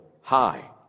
high